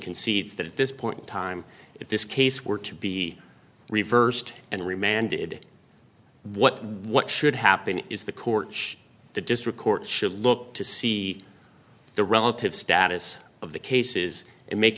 concedes that at this point in time if this case were to be reversed and remanded what what should happen is the court the district court should look to see the relative status of the cases and make